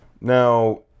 Now